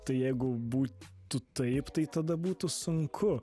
tai jeigu būtų taip tai tada būtų sunku